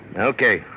Okay